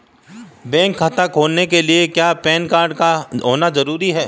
Bank खाता खोलने के लिए क्या पैन कार्ड का होना ज़रूरी है?